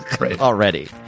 already